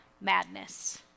madness